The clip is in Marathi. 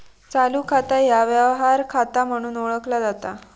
चालू खाता ह्या व्यवहार खाता म्हणून ओळखला जाता